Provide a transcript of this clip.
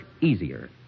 easier